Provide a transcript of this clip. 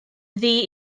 ddi